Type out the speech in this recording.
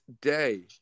day